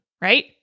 right